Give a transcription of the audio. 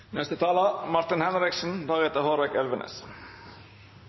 Neste talar er Hårek Elvenes,